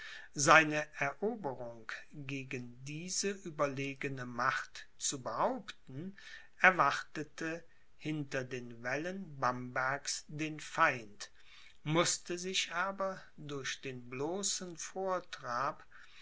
seine eroberung gegen diese überlegene macht zu behaupten erwartete hinter den wällen bambergs den feind mußte sich aber durch den bloßen vortrab